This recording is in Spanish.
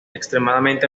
extremadamente